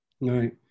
Right